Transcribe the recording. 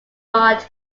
maud